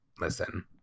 Listen